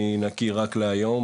אני נקי רק להיום,